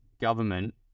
government